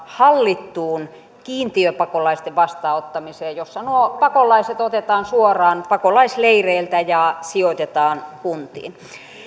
hallittuun kiintiöpakolaisten vastaanottamiseen jossa nuo pakolaiset otetaan suoraan pakolaisleireiltä ja sijoitetaan kuntiin